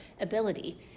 ability